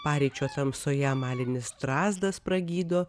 paryčio tamsoje amalinis strazdas pragydo